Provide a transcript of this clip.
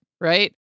right